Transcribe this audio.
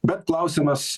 bet klausimas